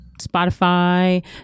spotify